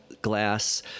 glass